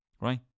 right